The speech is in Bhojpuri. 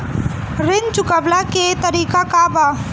ऋण चुकव्ला के तरीका का बा?